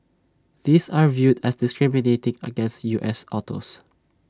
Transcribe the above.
these are viewed as discriminating against U S autos